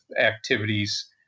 activities